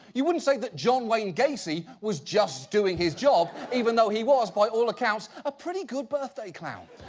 you wouldn't say that john wayne gacy was just doing his job, even though he was by all accounts a pretty good birthday clown.